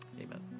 amen